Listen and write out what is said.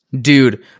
dude